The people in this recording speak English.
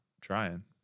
trying